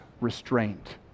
restraint